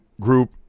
group